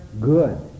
good